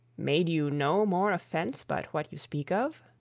made you no more offence but what you speak of?